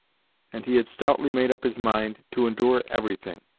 and he had stoutly made up his mind to endure everything,